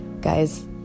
guys